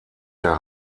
der